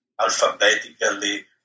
alphabetically